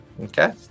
Okay